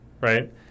right